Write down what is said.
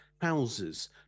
houses